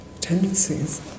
tendencies